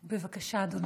בבקשה, אדוני.